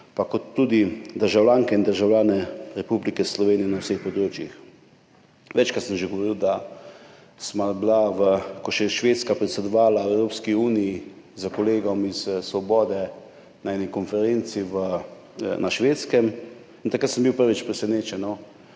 kot tudi državljanke in državljane Republike Slovenije na vseh področjih. Večkrat sem že govoril, da sva bila, ko je Švedska predsedovala Evropski uniji, s kolegom iz Svobode na eni konferenci na Švedskem. Takrat sem bil prvič presenečen,